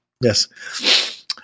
yes